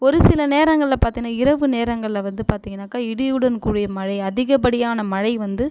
ஒரு சில நேரங்களில் பார்த்தன இரவு நேரங்களில் வந்து பார்த்தீங்கனாக்கா இடியுடன் கூடிய மழை அதிகப்படியான மழை வந்து